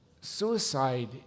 Suicide